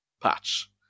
patch